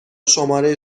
شماره